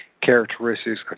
characteristics